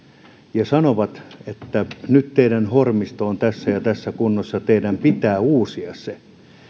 ja sanovat että nyt teidän hormistonne on tässä ja tässä kunnossa ja teidän pitää uusia se niin